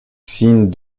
signes